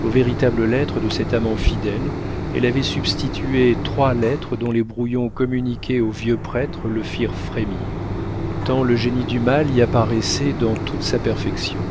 aux véritables lettres de cet amant fidèle elle avait substitué trois lettres dont les brouillons communiqués au vieux prêtre le firent frémir tant le génie du mal y apparaissait dans toute sa perfection